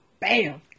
bam